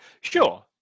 sure